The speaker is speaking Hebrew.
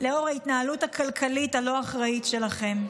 לנוכח ההתנהלות הכלכלית הלא-אחראית שלכם.